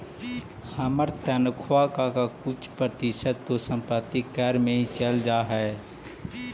हमर तनख्वा का कुछ प्रतिशत तो संपत्ति कर में ही चल जा हई